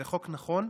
זה חוק נכון,